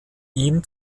ihm